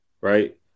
right